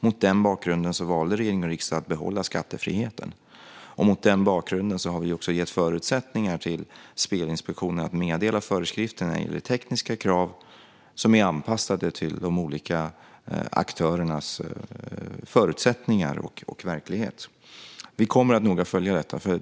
Mot den bakgrunden valde regering och riksdag att behålla skattefriheten, och mot den bakgrunden har vi också gett förutsättningar till Spelinspektionen att meddela föreskrifterna om de tekniska krav som är anpassade till de olika aktörernas förutsättningar och verklighet. Vi kommer att noga följa detta.